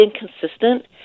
inconsistent